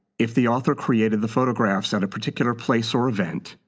if the author created the photographs at a particular place or event,